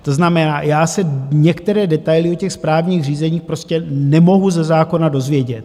To znamená, já se některé detaily u správních řízení prostě nemohu ze zákona dozvědět.